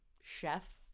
chef